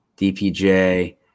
DPJ